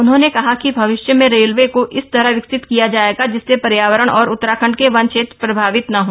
उन्होंने कहा कि भविष्य में रेलवे को इस तरह विकसित किया जाएगा जिससे पर्यावरण और उत्तराखंड के वन क्षेत्र प्रभावित न हो